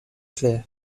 clear